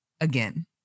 again